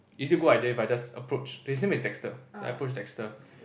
is it good idea if I just approach his name is Dexter I approach Dexter